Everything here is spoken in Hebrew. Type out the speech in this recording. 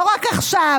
לא רק עכשיו,